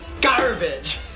garbage